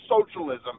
socialism